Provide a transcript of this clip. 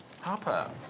Harper